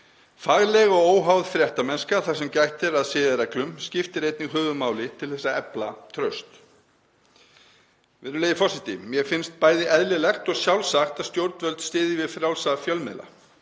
Fagleg og óháð fréttamennska, þar sem gætt er að siðareglum, skiptir einnig höfuðmáli til að efla traust. Virðulegi forseti. Mér finnst bæði eðlilegt og sjálfsagt að stjórnvöld styðji við frjálsa fjölmiðla